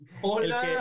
¡Hola